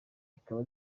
rikaba